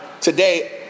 today